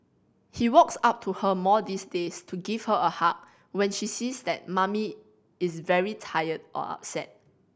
he walks up to her more these days to give her a hug when he sees that Mummy is very tired or upset